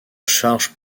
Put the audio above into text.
charge